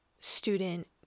student